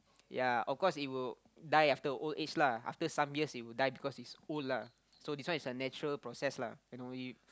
ya of course it will die after old age lah after some years it will die because it's old lah so this one is natural process lah you know